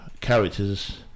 characters